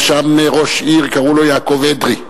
היה שם ראש עיר, קראו לו יעקב אדרי,